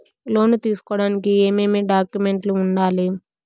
లోను తీసుకోడానికి ఏమేమి డాక్యుమెంట్లు ఉండాలి